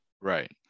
Right